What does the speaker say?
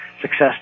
success